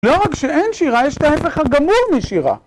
לא רק שאין שירה, יש את ההפך הגמור משירה.